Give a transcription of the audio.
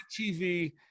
TV